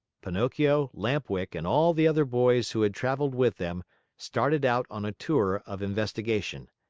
pinocchio, lamp-wick, and all the other boys who had traveled with them started out on a tour of investigation.